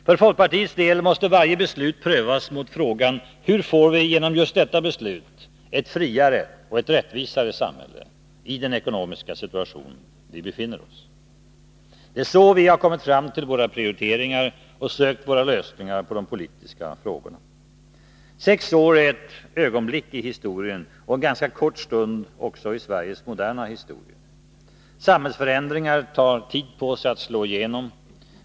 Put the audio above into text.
För folkpartiets del måste varje beslut prövas mot frågan: Hur får vi genom detta beslut ett friare och rättvisare samhälle i den ekonomiska situation vi befinner oss i? Det är så vi kommit fram till våra prioriteringar och sökt våra lösningar på politiska problem. Sex år är ett ögonblick i historien och en ganska kort stund också i Sveriges moderna historia. Samhällsförändringar tar tid på sig att slå igenom.